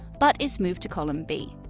but it's moved to column b.